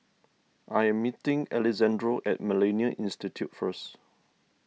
I am meeting Alexandro at Millennia Institute first